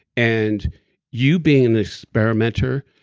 and you being the experimenter,